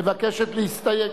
מבקשת להסתייג.